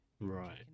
right